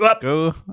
go